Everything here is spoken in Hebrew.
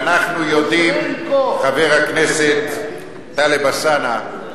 ואנחנו יודעים, חבר הכנסת טלב אלסאנע,